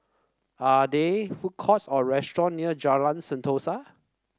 are there food courts or restaurant near Jalan Sentosa